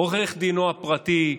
עורך דינו הפרטי,